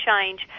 change